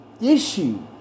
issue